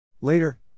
Later